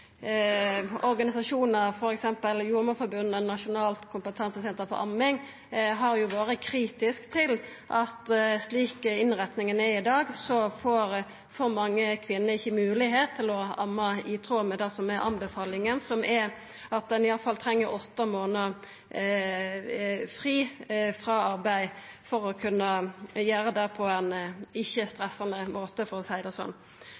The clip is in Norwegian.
organisasjonar, f.eks. Jordmorforbundet og Nasjonalt kompetansesenter for amming, har vore kritiske, for slik innretninga er i dag, får mange kvinner ikkje moglegheit til å amma i tråd med det som er anbefalinga, som er at ein iallfall treng åtte månader fri frå arbeid for å kunna gjera det på ein ikkje-stressande måte, for å seia det